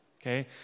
okay